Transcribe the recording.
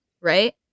right